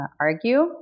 argue